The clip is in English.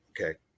Okay